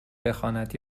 بخواند